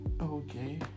Okay